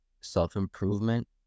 self-improvement